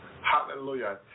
Hallelujah